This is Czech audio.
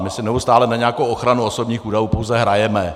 My si neustále na nějakou ochranu osobních údajů pouze hrajeme.